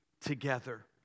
together